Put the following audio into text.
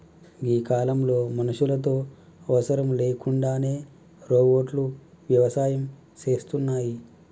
గీ కాలంలో మనుషులతో అవసరం లేకుండానే రోబోట్లు వ్యవసాయం సేస్తున్నాయి